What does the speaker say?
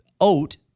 oat